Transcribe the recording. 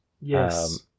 Yes